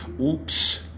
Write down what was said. oops